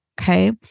Okay